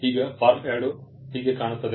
ಈಗ ಫಾರ್ಮ್ 2 ಹೀಗೆ ಕಾಣುತ್ತದೆ